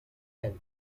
hell